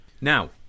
Now